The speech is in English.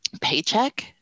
paycheck